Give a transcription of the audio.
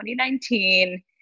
2019